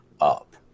up